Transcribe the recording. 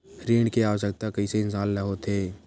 ऋण के आवश्कता कइसे इंसान ला होथे?